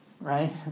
right